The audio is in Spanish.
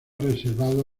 reservado